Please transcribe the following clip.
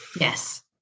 Yes